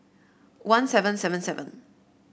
one seven seven seven